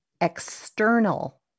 external